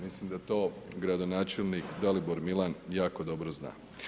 Mislim da to gradonačelnik, Dalibor Milan jako dobro zna.